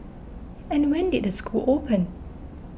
and when did the school open